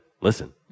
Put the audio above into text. Listen